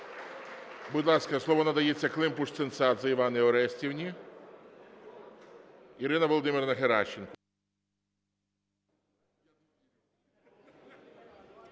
Будь ласка, слово надається Климпуш-Цинцадзе Іванні Орестівні. Ірина Володимирівна Геращенко.